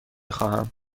خواهم